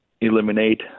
eliminate